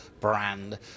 brand